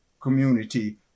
community